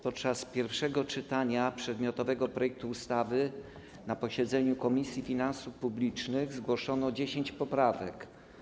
Podczas pierwszego czytania przedmiotowego projektu ustawy na posiedzeniu Komisji Finansów Publicznych zgłoszono 10 poprawek.